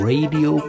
Radio